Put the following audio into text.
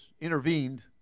intervened